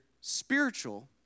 spiritual